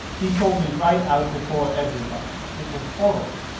he told me right out before everybody. it was horrible!